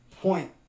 point